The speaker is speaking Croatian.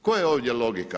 Koja je ovdje logika?